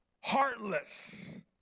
heartless